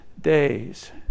days